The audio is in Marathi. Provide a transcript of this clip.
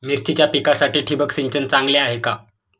मिरचीच्या पिकासाठी ठिबक सिंचन चांगले आहे का?